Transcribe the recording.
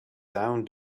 down